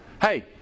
Hey